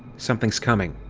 something's coming!